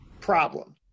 problem